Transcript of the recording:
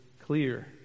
clear